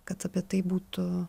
kad apie tai būtų